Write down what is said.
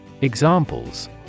Examples